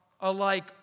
alike